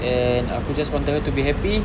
and aku just wanted her to be happy